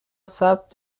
ثبت